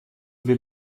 vais